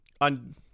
On